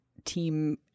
team